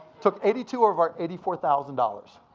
took eighty two of our eighty four thousand dollars.